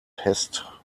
pest